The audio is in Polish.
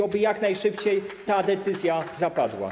Oby jak najszybciej ta decyzja zapadła.